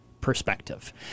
perspective